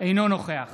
אינו נוכח